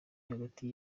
hagati